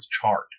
chart